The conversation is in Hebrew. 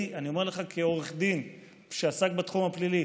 אני אומר לך כעורך דין שעסק בתחום הפלילי,